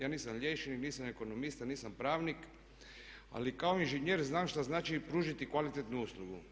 Ja nisam liječnik, nisam ekonomista, nisam pravnik ali kao inženjer znam što znači pružiti kvalitetnu uslugu.